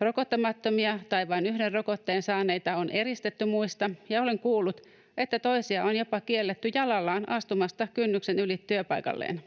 Rokottamattomia tai vain yhden rokotteen saaneita on eristetty muista, ja olen kuullut, että toisia on jopa kielletty jalallaan astumasta kynnyksen yli työpaikalleen.